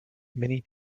many